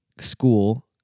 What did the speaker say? school